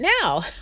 now